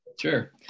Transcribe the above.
Sure